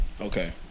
Okay